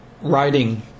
writing